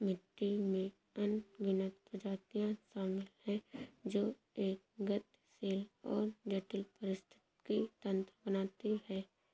मिट्टी में अनगिनत प्रजातियां शामिल हैं जो एक गतिशील और जटिल पारिस्थितिकी तंत्र बनाती हैं